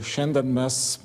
šiandien mes